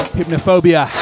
Hypnophobia